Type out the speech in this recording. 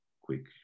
quick